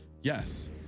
Yes